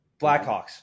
Blackhawks